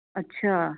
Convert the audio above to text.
ਅੱਛਾ